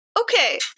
Okay